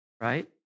right